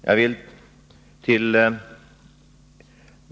Herr talman!